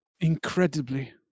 Incredibly